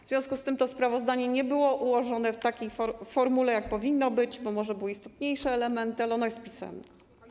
W związku z tym to sprawozdanie nie było ułożone w takiej formule, jak powinno być, bo może były istotniejsze elementy, ale ono jest pisemne.